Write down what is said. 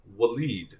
waleed